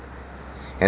and